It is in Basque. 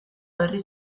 berri